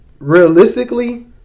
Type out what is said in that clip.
Realistically